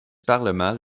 parlement